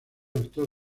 actor